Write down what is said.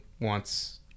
wants